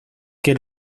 que